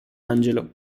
angelo